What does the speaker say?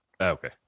Okay